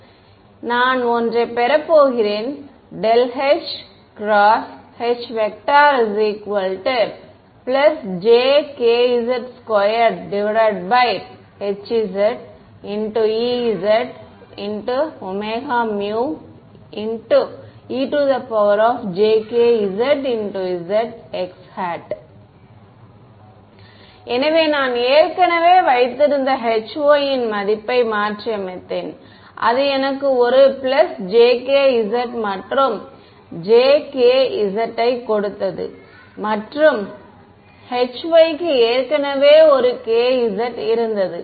எனவே நான் ஒன்றை பெறப் போகிறேன் ∇h× H ≡ jkz2 hz ez ωμ ejk zzx எனவே நான் ஏற்கனவே வைத்திருந்த Hy இன் மதிப்பை மாற்றியமைத்தேன் அது எனக்கு ஒரு jkz மற்றும் j k z ஐக் கொடுத்தது மற்றும் Hy க்கு ஏற்கனவே ஒரு kz இருந்தது